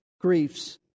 griefs